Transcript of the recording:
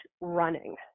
running